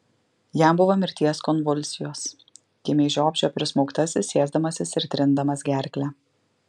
jam buvo mirties konvulsijos kimiai žiopčiojo prismaugtasis sėsdamasis ir trindamas gerklę